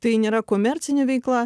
tai nėra komercinė veikla